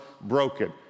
broken